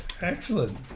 excellent